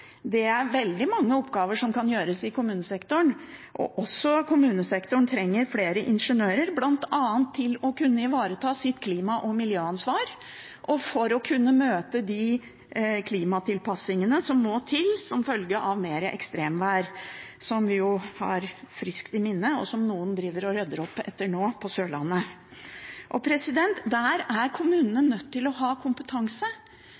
Det er veldig mange oppgaver som kan gjøres i kommunesektoren, også kommunesektoren trenger flere ingeniører, bl.a. for å kunne ivareta sitt klima- og miljøansvar og for å kunne møte klimatilpassingene som må til som følge av mer ekstremvær – som vi har friskt i minne, og som noen nå driver og rydder opp i på Sørlandet. Kommunene er nødt til å ha kompetanse